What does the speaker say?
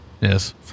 yes